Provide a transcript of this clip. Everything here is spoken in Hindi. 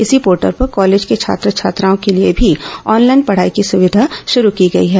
इसी पोर्टल पर कॉलेज के छात्र छात्राओं के लिए भी ऑनलाइन पढ़ाई की सुविधा शुरू की गई है